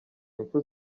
impfu